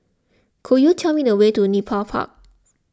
could you tell me the way to Nepal Park